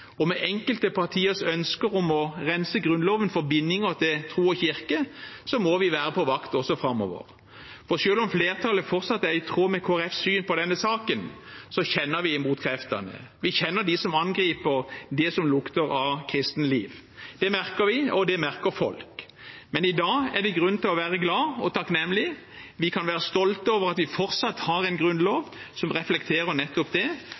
enkelte partiers ønsker om å rense Grunnloven for bindinger til tro og kirke, må vi være på vakt også framover. Selv om flertallet fortsatt er i tråd med Kristelig Folkepartis syn i denne saken, kjenner vi motkreftene. Vi kjenner dem som angriper det som lukter av kristenliv. Det merker vi, og det merker folk, men i dag er det grunn til å være glad og takknemlig. Vi kan være stolte over at vi fortsatt har en grunnlov som reflekterer nettopp det